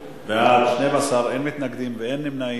12, נגד, אין, נמנעים,